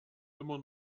immer